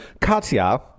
Katya